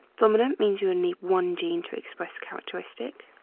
dominant means you'll need one gene to express characteristic.